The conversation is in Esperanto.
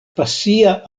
pasia